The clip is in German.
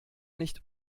nicht